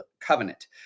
covenant